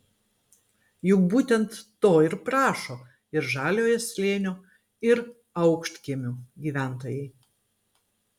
juk būtent to ir prašo ir žaliojo slėnio ir aukštkiemių gyventojai